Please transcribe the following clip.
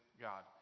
God